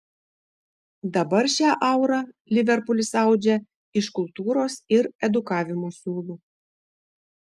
dabar šią aurą liverpulis audžia iš kultūros ir edukavimo siūlų